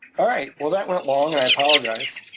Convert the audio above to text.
alright, well, that went long and i apologize,